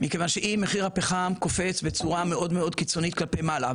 מכיוון שאם מחיר הפחם קופץ בצורה מאוד קיצונית כלפי מעלה,